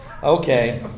Okay